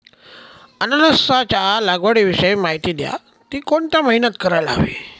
अननसाच्या लागवडीविषयी माहिती द्या, ति कोणत्या महिन्यात करायला हवी?